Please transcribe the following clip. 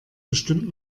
bestimmt